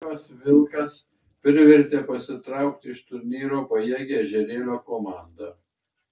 vilkijos vilkas privertė pasitraukti iš turnyro pajėgią ežerėlio komandą